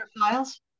files